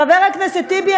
חבר הכנסת טיבי,